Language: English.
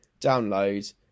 download